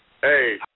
Hey